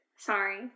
Sorry